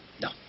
No